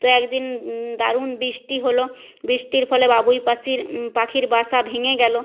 তো একদিন দারুণ বৃষ্টি হলো বৃষ্টির ফলে বাবুই পাসির পাখির বাসা ভেঙে গেলো